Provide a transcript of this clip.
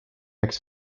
üheks